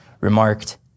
Remarked